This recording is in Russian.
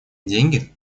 деньги